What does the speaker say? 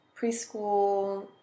preschool